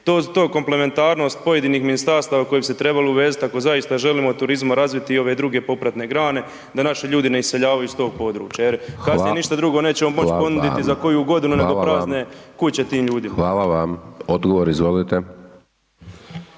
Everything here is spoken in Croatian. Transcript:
to komplementarnost pojedinih ministarstava koji bi se trebali uvezat ako zaista želimo od turizma razviti i ove druge popratne grane da naši ljudi ne iseljavaju iz tog područja…/Upadica: Hva–la vam…/…jer kasnije